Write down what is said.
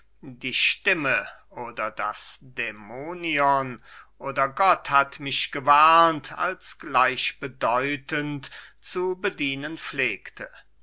die stimme oder das dämonion oder gott hat mich gewarnt als gleichbedeutend zu bedienen pflegte